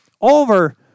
over